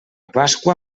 pasqua